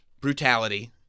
Brutality